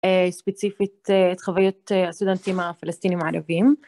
ספציפית את חוויות הסטודנטים הפלסטינים הערבים.